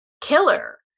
killer